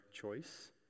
choice